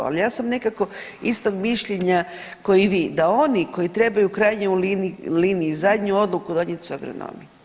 Ali sam nekako istog mišljenja kao i vi, da oni koji trebaju u krajnjoj liniji zadnju odluku donijeti su agronomi.